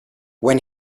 when